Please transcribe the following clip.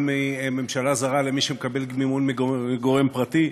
מממשלה זרה לבין מי שמקבל מימון מגורם פרטי.